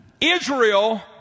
Israel